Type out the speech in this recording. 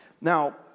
Now